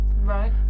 Right